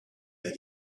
that